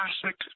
Classic